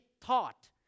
taught